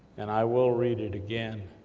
and i will read it again,